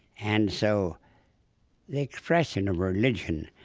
and so the expression of religion,